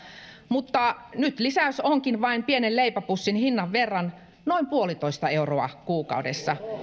mutta nyt lisäys onkin vain pienen leipäpussin hinnan verran noin yksi pilkku viisi euroa kuukaudessa